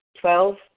Twelve